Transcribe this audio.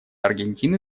аргентины